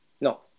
No